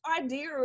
idea